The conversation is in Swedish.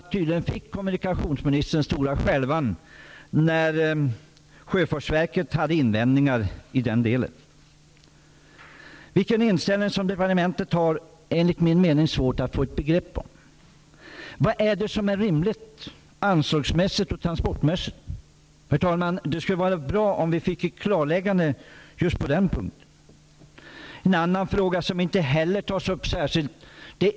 Tydligen fick kommunikationsministern stora skälvan när sjöfartsverket hade invändningar i den delen. Vilken inställning departementet har är enligt min mening svårt att få ett begrepp om. Vad är det som är rimligt anslagsmässigt och transportmässigt? Det skulle vara bra om vi fick ett klarläggande på just den punkten, herr talman! En annan fråga som inte heller tas upp särskilt är miljön.